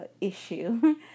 issue